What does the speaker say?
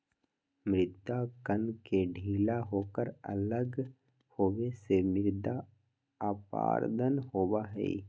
मृदा कण के ढीला होकर अलग होवे से मृदा अपरदन होबा हई